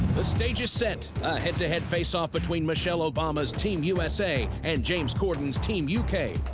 the stage is set, a head-to-head faceoff between michelle obama's team u s a. and james corden team u k,